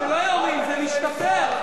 כשלא יורים זה משתפר.